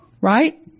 right